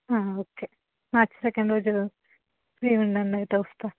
okay March second రోజు free ఉండండి అయితే వస్తాను